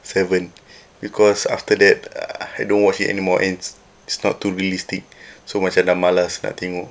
seven because after that I don't watch it anymore and it's it's not too realistic so macam dah malas nak tengok